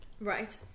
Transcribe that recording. Right